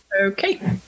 Okay